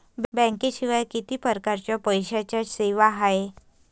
बँकेशिवाय किती परकारच्या पैशांच्या सेवा हाय?